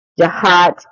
jihad